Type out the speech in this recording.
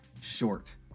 short